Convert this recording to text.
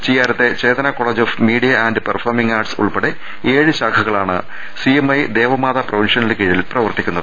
ചിയ്യാരത്തെ Chetana college of media and performing arts ഉൾപ്പെടെ ഏഴ് ശാഖകളാണ് സിഎംഐ ദേവമാതാ പ്രൊവിൻഷ്യ ലിന് കീഴിൽ പ്രവർത്തിക്കുന്നത്